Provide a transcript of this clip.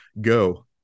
Go